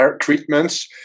treatments